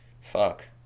fuck